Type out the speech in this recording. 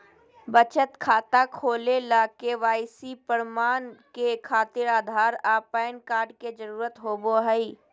बचत खाता खोले ला के.वाइ.सी प्रमाण के खातिर आधार आ पैन कार्ड के जरुरत होबो हइ